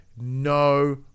No